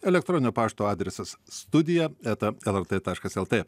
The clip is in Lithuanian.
elektroninio pašto adresas studija eta lrt taškas lt